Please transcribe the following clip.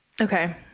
okay